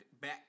back